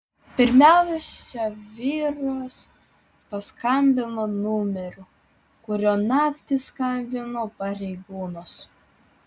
pirmiausia vyras paskambino numeriu kuriuo naktį skambino pareigūnas